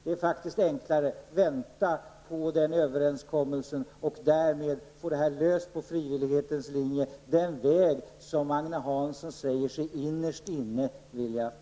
Det är faktiskt enklare att vänta på överenskommelsen och därmed få detta löst på frivillighetens linje -- den väg som Agne Hansson säger sig innerst inne vilja ha.